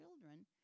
children